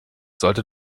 sollte